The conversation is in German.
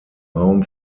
raum